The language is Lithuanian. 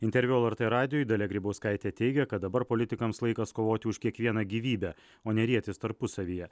interviu lrt radijui dalia grybauskaitė teigė kad dabar politikams laikas kovoti už kiekvieną gyvybę o ne rietis tarpusavyje